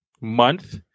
month